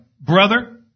brother